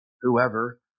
whoever